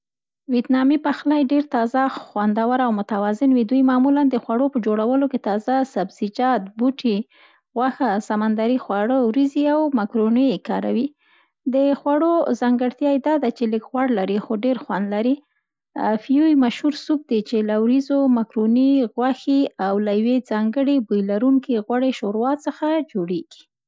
ویتنامي پخلی ډېر تازه، خوندور او متوازن وی. دوی معمولاً د خوړو په جوړولو کې تازه سبزیجات، بوټي، غوښه، سمندري خواړه، وریځې او مکروني کاروي. د خوړو ځانګړتیاوې دا دي، چي لږ غوړ لري، خو ډېر خوند لري. فویو مشهور سوپ دی، چي له وریځو، مکروني، غوښې او له یوې ځانګړي بوی لرونکي غوړې شوروا څخه جوړیږي.